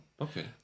okay